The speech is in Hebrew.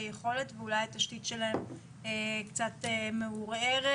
יכולת ואולי התשתית שלהם קצת מעורערת,